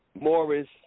Morris